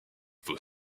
faut